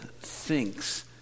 thinks